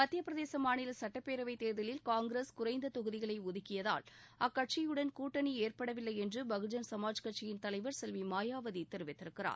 மத்தியபிரதேச மாநில சட்டப்பேரவைத் தேர்தலில் காங்கிரஸ் குறைந்த தொகுதிகளை ஒதுக்கியதால் அக்கட்சியுடன் கூட்டனி ஏற்படவில்லை என்று பகுஜன் சமாஜ் கட்சியின் தலைவர் செல்வி மாயாவதி தெரிவித்திருக்கிறார்